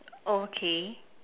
okay